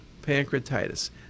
pancreatitis